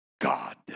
God